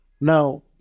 Now